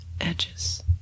edges